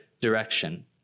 direction